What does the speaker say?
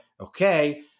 okay